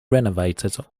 renovated